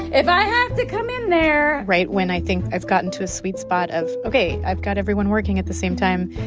if i have to come in there. right when i think i've gotten to a sweet spot of, ok, i've got everyone working at the same time,